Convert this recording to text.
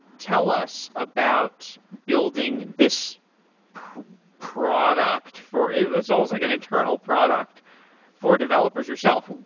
tell us about building this product for it's almost like an internal product for developers yourself.